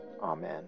Amen